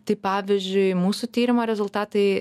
taip pavyzdžiui mūsų tyrimo rezultatai